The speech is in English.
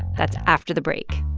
that's after the break